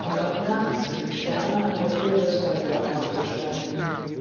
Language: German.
und auch nachts wenn die sterne an der tür des goldlackhauses standen